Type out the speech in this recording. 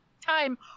Time